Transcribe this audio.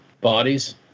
bodies